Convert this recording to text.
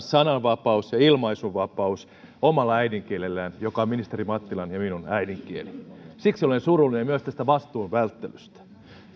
sananvapaus ja ilmaisunvapaus omalla äidinkielellä ja se on ministeri mattilan ja minun äidinkieleni siksi olen surullinen myös tästä vastuun välttelystä